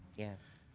yes.